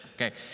Okay